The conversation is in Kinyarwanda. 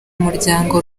muryango